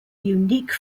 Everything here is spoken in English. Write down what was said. unique